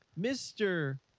Mr